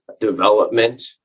development